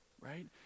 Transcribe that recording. right